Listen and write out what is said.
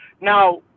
Now